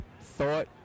thought